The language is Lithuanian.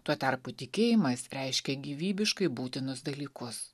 tuo tarpu tikėjimas reiškia gyvybiškai būtinus dalykus